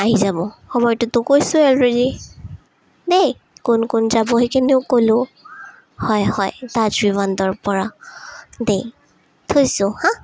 আহি যাব সময়টোতো কৈছোঁৱে এলৰেডি দেই কোন কোন যাব সেইখিনিও ক'লোঁ হয় হয় তাজ ভিভান্তাৰপৰা দেই থৈছোঁ হাঁ